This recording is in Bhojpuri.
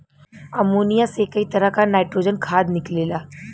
अमोनिया से कई तरह क नाइट्रोजन खाद निकलेला